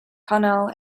connell